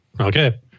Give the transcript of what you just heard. okay